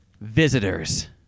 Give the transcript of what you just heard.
visitors